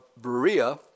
Berea